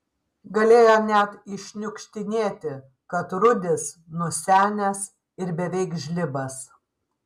galėjo net iššniukštinėti kad rudis nusenęs ir beveik žlibas